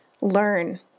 learn